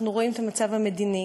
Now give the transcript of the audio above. אנחנו רואים את המצב המדיני,